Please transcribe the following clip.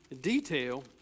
detail